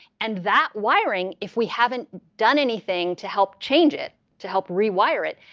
and that wiring if we haven't done anything to help change it, to help rewire it,